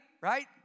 Right